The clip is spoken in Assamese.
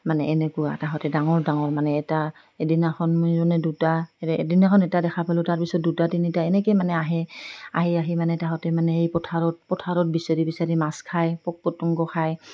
মানে এনেকুৱা তাহাঁতে ডাঙৰ ডাঙৰ মানে এটা এদিনাখন মানে দুটা এদিনাখন এটা দেখা পালোঁ তাৰপিছত দুটা তিনিটা এনেকৈ মানে আহে আহি আহি মানে তাহাঁঁতে মানে এই পথাৰত পথাৰত বিচাৰি বিচাৰি মাছ খায় পোক পতংগ খায়